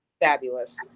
Fabulous